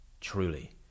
truly